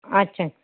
अच्छा